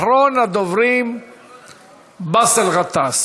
ואחריו, אחרון הדוברים, חבר הכנסת באסל גטאס.